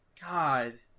God